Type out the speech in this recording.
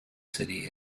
city